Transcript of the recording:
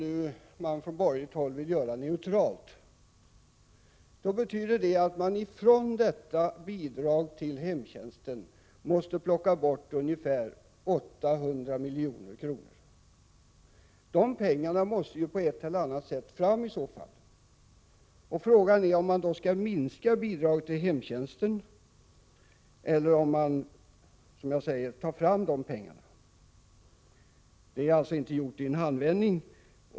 När man nu från borgerligt håll vill göra statsbidraget neutralt, betyder det att man ifrån detta bidrag till hemtjänsten måste plocka bort ungefär 800 milj.kr. De pengarna måste ju på ett eller annat sätt fram i så fall, och frågan är om man då skall minska bidraget till hemtjänsten eller om man skall ta fram de pengarna, som jag säger. Det är emellertid inte gjort i en handvändning.